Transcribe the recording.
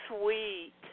sweet